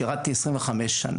שירתי עשרים וחמש שנה.